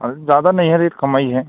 अरे ज़्यादा नहीं है रेट कम ही है